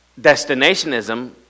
destinationism